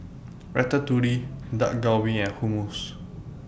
Ratatouille Dak Galbi and Hummus